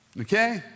Okay